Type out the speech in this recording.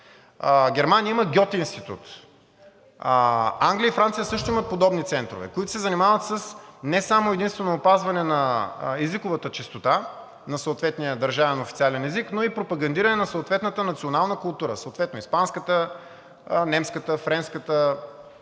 Германия има „Гьоте институт“. Англия и Франция също имат подобни центрове, които се занимават не само и единствено с опазване на езиковата чистота на съответния държавен официален език, но и пропагандиране на съответната национална култура съответно испанската, немската, френската,